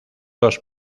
dos